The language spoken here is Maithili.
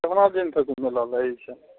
केतना दिन तक ओ मेला लागैत छै